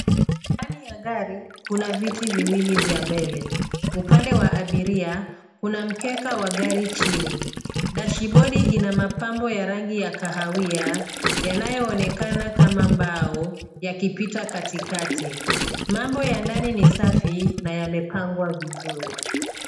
Ndani ya gari, kuna viti viwili vya mbele. Upande wa abiria, kuna mkeka wa gari chini. Dashibodi ina mapambo ya rangi ya kahawia yanayoonekana kama mbao, yakipita katikati. Mambo ya ndani ni safi na yamepangwa vizuri.